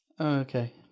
Okay